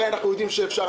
הרי אנחנו יודעים שאפשר.